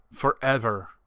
forever